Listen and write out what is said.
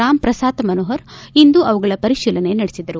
ರಾಮ್ ಪ್ರಸಾತ್ ಮನೋಹರ್ ಇಂದು ಅವುಗಳ ಪರಿಶೀಲನೆ ನಡೆಸಿದರು